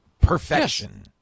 Perfection